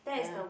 ya